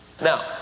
now